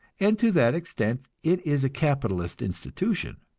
and to that extent it is a capitalist institution.